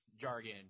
jargon